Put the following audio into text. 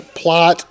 plot